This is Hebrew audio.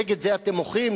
נגד זה אתם מוחים,